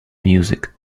music